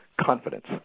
confidence